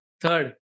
third